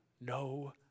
no